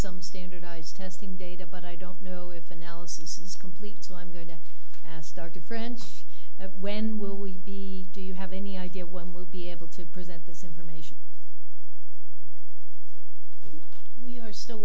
some standardized testing data but i don't know if analysis is complete so i'm going to ask dr french when will we be do you have any idea when we'll be able to present this information we are still